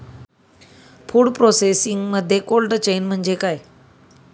Food प्रोसेसिंगमध्ये cold chain म्हणजे काय?